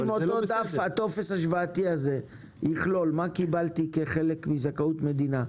אם הטופס ההשוואתי הזה יכלול מה קיבלתי כחלק מזכאות מדינה,